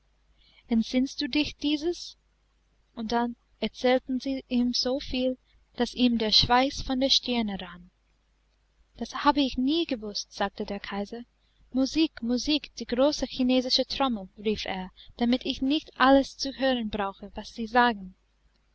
entsinnst du dich dieses und dann erzählten sie ihm soviel daß ihm der schweiß von der stirne rann das habe ich nie gewußt sagte der kaiser musik musik die große chinesische trommel rief er damit ich nicht alles zu hören brauche was sie sagen